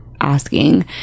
asking